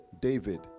David